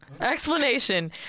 Explanation